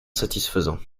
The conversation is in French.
satisfaisant